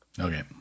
Okay